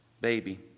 baby